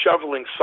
shoveling